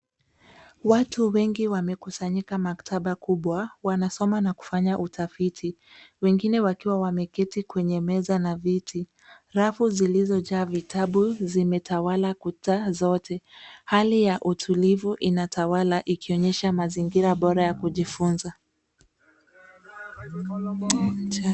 Watu wengi wamekusanyika maktaba kubwa, wanasoma na kufanya utafiti, wengine wakiwa wameketi kwenye meza na viti. Rafu zilizojaa vitabu zimetawala kuta zote. Hali ya utulivu inatawala ikionyesha mazingira bora ya kujifunza.